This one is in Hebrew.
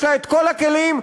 יש לה כל הכלים,